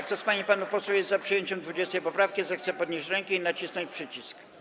Kto z pań i panów posłów jest za przyjęciem 20. poprawki, zechce podnieść rękę i nacisnąć przycisk.